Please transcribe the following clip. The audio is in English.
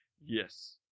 Yes